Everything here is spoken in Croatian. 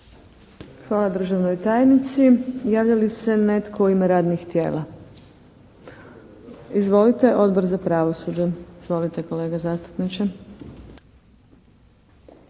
Hvala državnoj tajnici. Javlja li se netko u ime radnih tijela? Izvolite! Odbor za pravosuđe. Izvolite kolega zastupniče.